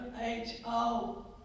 H-O